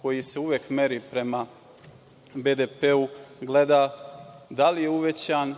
koji se uvek meri prema BDP-u, gleda da li je uvećan,